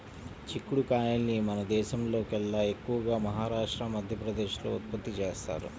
చిక్కుడు కాయల్ని మన దేశంలోకెల్లా ఎక్కువగా మహారాష్ట్ర, మధ్యప్రదేశ్ లో ఉత్పత్తి చేత్తారు